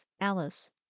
Alice